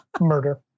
murder